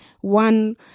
One